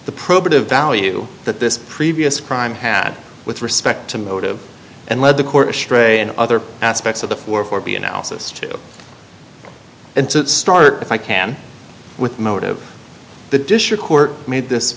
the probative value that this previous crime had with respect to motive and lead the chorus tray and other aspects of the floor for b analysis to start if i can with motive the district court made this